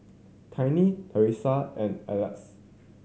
Tiny Theresa and Aleck